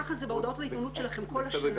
ככה זה בהודעות לעיתונות שלכם כל השנה.